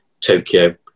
Tokyo